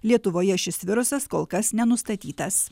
lietuvoje šis virusas kol kas nenustatytas